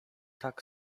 tak